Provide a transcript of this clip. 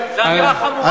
זו אמירה חמורה,